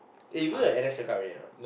eh you go your N_S checkup already or not